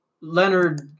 Leonard